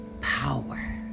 power